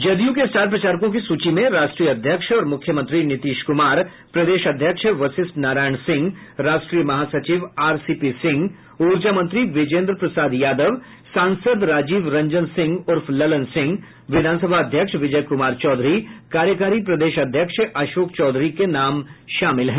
जदयू के स्टार प्रचारकों की सूची में राष्ट्रीय अध्यक्ष और मुख्यमंत्री नीतीश कुमार प्रदेश अध्यक्ष वशिष्ठ नारायण सिंह राष्ट्रीय महासचिव आरसीपी सिंह ऊर्जा मंत्री विजेंद्र प्रसाद यादव सांसद राजीव रंजन सिंह उर्फ ललन सिंह विधानसभा अध्यक्ष विजय कुमार चौधरी कार्यकारी प्रदेश अध्यक्ष अशोक चौधरी के नाम शामिल हैं